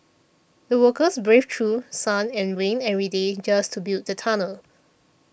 the workers braved through sun and rain every day just to build the tunnel